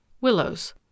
Willows